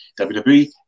WWE